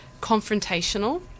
confrontational